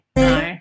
no